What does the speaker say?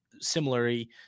similarly